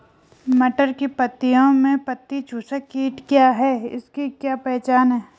मटर की पत्तियों में पत्ती चूसक कीट क्या है इसकी क्या पहचान है?